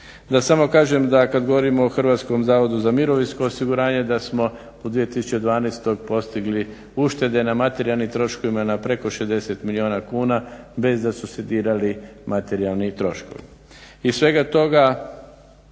Da samo kažem da kad govorimo HZMO-u da smo u 2012. postigli uštede na materijalnim troškovima na preko 60 milijuna kuna, bez da su se dirali materijalni troškovi.